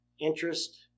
interest